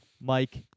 Mike